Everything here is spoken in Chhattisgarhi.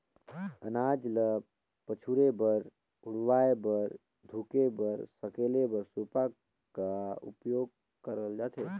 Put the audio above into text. अनाज ल पछुरे बर, उड़वाए बर, धुके बर, सकेले बर सूपा का उपियोग करल जाथे